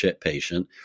patient